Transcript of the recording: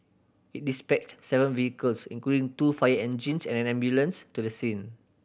it dispatched seven vehicles including two fire engines and an ambulance to the scene